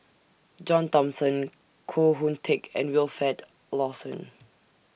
John Thomson Koh Hoon Teck and Wilfed Lawson